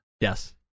yes